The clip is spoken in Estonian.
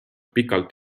pikalt